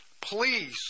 Please